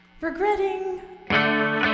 Regretting